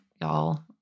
Y'all